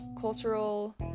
cultural